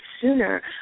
sooner